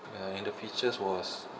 uh and the features was